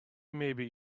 maybe